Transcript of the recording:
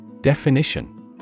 Definition